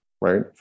right